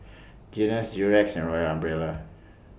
Guinness Durex and Royal Umbrella